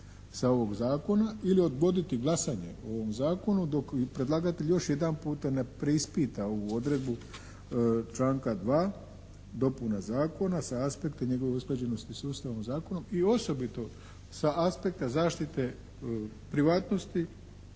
sa ovog zakona ili odgoditi glasanje o ovom zakonu dok predlagatelj još jedanput ne preispita ovu odredbu članka 2. dopuna Zakona sa aspekta i njegovu usklađenost i sustavom zakonom i osobito sa aspekta zaštite privatnosti